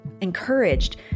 encouraged